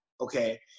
okay